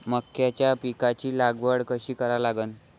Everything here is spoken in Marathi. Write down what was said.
मक्याच्या पिकाची लागवड कशी करा लागन?